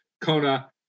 Kona